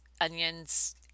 onions